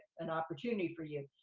an opportunity for you.